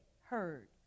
heard